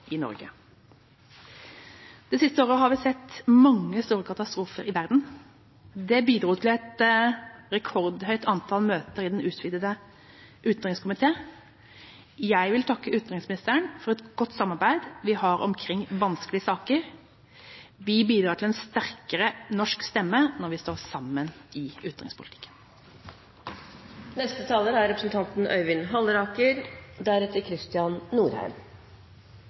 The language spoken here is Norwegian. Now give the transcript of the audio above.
i Norge? Det siste året har vi sett mange store katastrofer i verden. Det bidro til et rekordhøyt antall møter i den utvidete utenriks- og forsvarskomité. Jeg vil takke utenriksministeren for det gode samarbeidet vi har omkring vanskelige saker. Vi bidrar til en sterkere norsk stemme når vi står sammen i